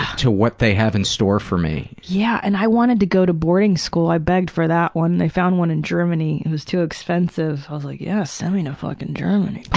to what they have in store for me. yeah and i wanted to go to boarding school. i begged for that one. they found one in germany. it was too expensive. i was like, yeah send me to fucking germany.